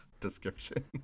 description